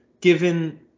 given